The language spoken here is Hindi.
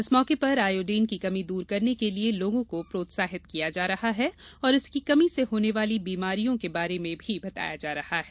इस मौके पर आयोडीन की कमी दूर करने के लिए लोगों को प्रोत्साहित किया किया जा रहा है और इसकी कमी से होने वाली बीमारियों के बारे में भी बताया जा रहा है